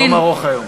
יום ארוך היום.